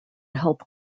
help